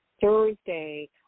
Thursday